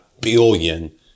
billion